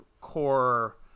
core